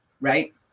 Right